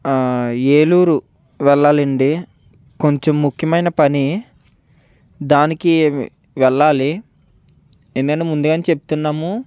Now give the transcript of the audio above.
ఏలూరు వెళ్లాలండి కొంచెం ముఖ్యమైన పని దానికి వెళ్ళాలి ఎందుకంటే ముందుగానే చెప్తున్నాము